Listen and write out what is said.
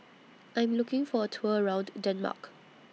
I'm looking For A Tour around Denmark